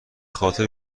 خاطر